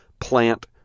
plant